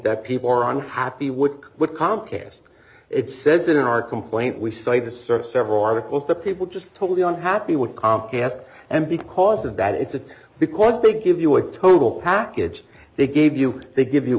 that people are unhappy with what comcast it says in our complaint we cited the sort of several articles that people just totally unhappy with comcast and because of that it's a because they give you a total package they gave you they give you